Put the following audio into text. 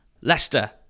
Leicester